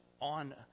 on